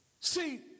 See